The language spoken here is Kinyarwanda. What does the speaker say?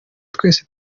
twese